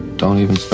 don't even